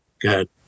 Good